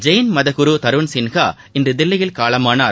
ஜெயின் மதகுருதருண்சாஹர் இன்றுதில்லியில் காலமானார்